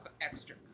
extra